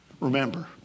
Remember